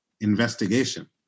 investigation